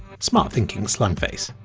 smart thinking, slimeface.